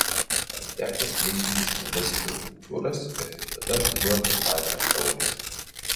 ar teko smulkinti stambias litų kupiūras ir tik tada atiduoti grąžą eurais